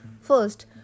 first